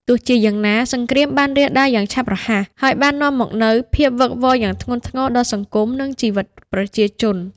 ទោះជាយ៉ាងណា សង្គ្រាមបានរាលដាលយ៉ាងឆាប់រហ័ស ហើយបាននាំមកនូវភាពវឹកវរយ៉ាងធ្ងន់ធ្ងរដល់សង្គមនិងជីវិតប្រជាជន។